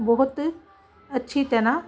ਬਹੁਤ ਅੱਛੀ ਤਰਾਂ